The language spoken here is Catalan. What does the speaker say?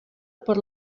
per